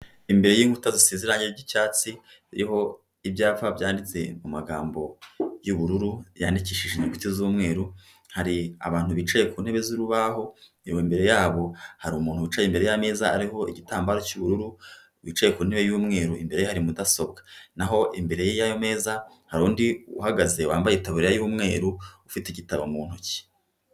Imbere y'inkuta zisize irangi ry'icyatsi iriho ibyapa byanditse magambo y'ubururu yandikishije inyuguti z'umweru, hari abantu bicaye ku ntebe z'urubaho, imbere yabo hari umuntu wicaye imbere y'ameza ariho igitambaro cy'ubururu wicaye ku ntebe yumweru imbere hari mudasobwa, n'aho imbere yayo meza hari undi uhagaze wambaye itaburiya y'umweru ufite igitabo mu ntoki.